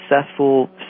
successful